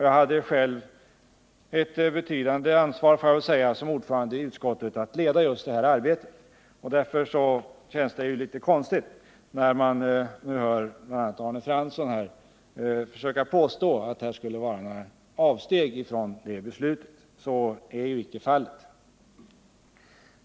Jag hade själv som ordförande i utskottet ett betydande ansvar för att leda det arbetet, och därför känns det litet konstigt att nu höra bl.a. Arne Fransson påstå att här skulle föreligga några avsteg från det beslutet. Så är ju icke fallet.